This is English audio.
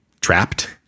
trapped